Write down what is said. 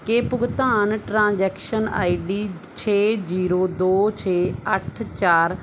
ਕਿ ਭੁਗਤਾਨ transaction I D ਛੇ ਜ਼ੀਰੋ ਦੋ ਛੇ ਅੱਠ ਚਾਰ